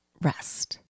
rest